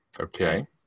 Okay